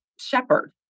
shepherd